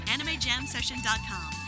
AnimeJamSession.com